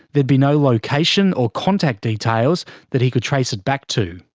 there'd be no location or contact details that he could trace it back to.